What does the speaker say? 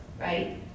right